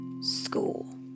School